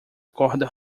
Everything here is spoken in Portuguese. corda